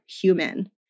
human